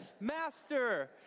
master